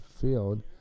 field